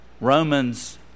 Romans